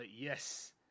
yes